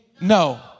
no